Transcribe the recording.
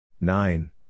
Nine